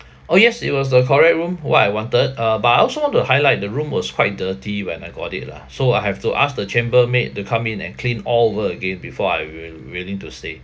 oh yes it was the correct room what I wanted uh but I also want to highlight the room was quite dirty when I got it lah so I have to ask the chambermaid to come in and clean all over again before I will~ willing to stay